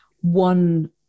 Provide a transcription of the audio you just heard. one